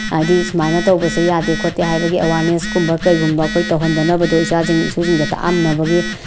ꯍꯥꯏꯗꯤ ꯁꯨꯃꯥꯏꯅ ꯇꯧꯕꯁꯤ ꯌꯥꯗꯦ ꯈꯣꯠꯇꯦ ꯍꯥꯏꯕꯒꯤ ꯑꯦꯋꯥꯔꯅꯦꯁ ꯀꯨꯝꯕ ꯀꯩꯒꯨꯝꯕ ꯑꯩꯈꯣꯏ ꯇꯧꯍꯟꯗꯅꯕꯗꯣ ꯏꯆꯥꯁꯤꯡ ꯏꯁꯨꯁꯤꯡꯗ ꯇꯥꯛꯑꯝꯅꯕꯒꯤ